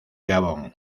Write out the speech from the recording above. gabón